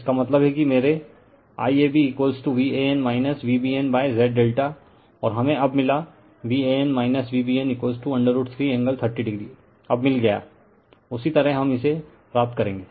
इसका मतलब है कि मेरे IAB Van Vbn Z ∆ और हमें अब मिला Van Vbn 3 एंगल 30o अब मिल गया उसी तरह हम इसे प्राप्त करेंगे